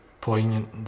poignant